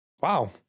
wow